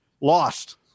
Lost